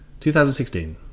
2016